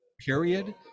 period